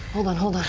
hold on, hold on.